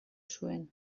zuen